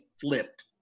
flipped